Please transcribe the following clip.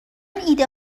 ایده